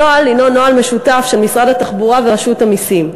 הנוהל הוא נוהל משותף למשרד התחבורה ולרשות המסים,